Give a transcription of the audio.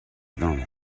normal